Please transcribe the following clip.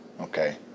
Okay